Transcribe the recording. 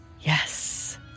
Yes